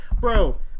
Bro